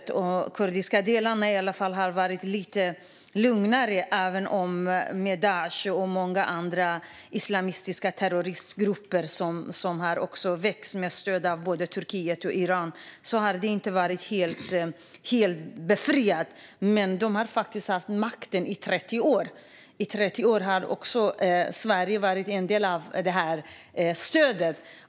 I de kurdiska delarna har det i alla fall varit lite lugnare, även om Daish och många andra islamistiska terroristgrupper växt med stöd av både Turkiet och Iran - de har inte blivit helt befriade. Man har nu faktiskt haft makten i 30 år. I 30 år har också Sverige stått för en del av stödet.